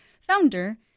founder